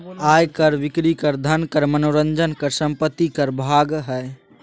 आय कर, बिक्री कर, धन कर, मनोरंजन कर, संपत्ति कर भाग हइ